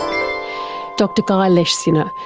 dr guy leschziner,